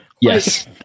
Yes